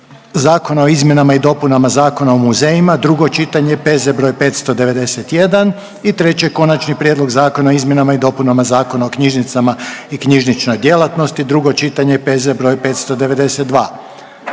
zakona o izmjenama i dopunama Zakona o muzejima, drugo čitanje, P.Z. br. 591. i treće - Konačni prijedlog zakona o izmjenama i dopunama Zakona o knjižnicama i knjižničnoj djelatnosti, drugo čitanje, P.Z. br. 592.